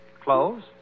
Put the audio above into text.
Clothes